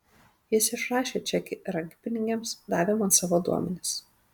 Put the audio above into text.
jis išrašė čekį rankpinigiams davė man savo duomenis